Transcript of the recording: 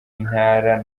intara